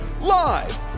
live